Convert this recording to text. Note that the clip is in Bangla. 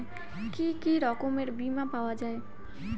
কি কি রকমের বিমা পাওয়া য়ায়?